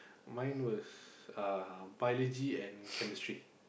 mine was uh biology and chemistry